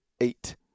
Eight